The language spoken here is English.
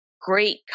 great